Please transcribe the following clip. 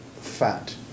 fat